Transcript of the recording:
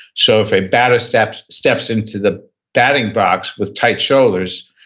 so if a batter steps steps into the batting box with tight shoulders,